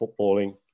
footballing